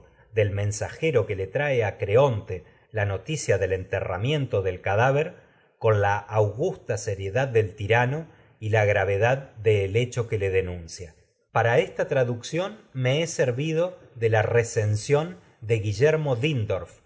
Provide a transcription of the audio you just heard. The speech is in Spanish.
del mensajero que lenguaje bufonesco le trae a cadáver creonte la noticia del enterramiento del con la augusta seriedad del tirano y la gravedad que del hecho le denuncia para esta traducción me he servido de la re censión de guillermo dindorf